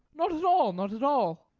not at all, not at all.